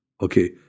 okay